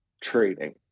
trading